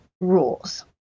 rules